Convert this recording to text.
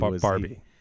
Barbie